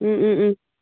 ꯎꯝ ꯎꯝ ꯎꯝ